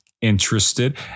interested